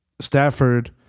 Stafford